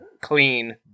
Clean